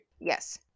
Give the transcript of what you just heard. Yes